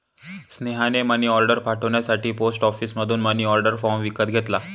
स्नेहाने मनीऑर्डर पाठवण्यासाठी पोस्ट ऑफिसमधून मनीऑर्डर फॉर्म विकत घेतला